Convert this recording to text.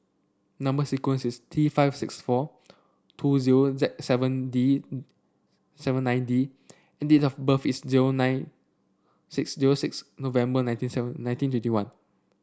number sequence is T five six four two zero Z seven D seven nine D and date of birth is zero nine six zero six November nineteen seven nineteen twenty one